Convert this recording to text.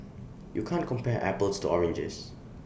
you can't compare apples to oranges